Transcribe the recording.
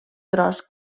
tros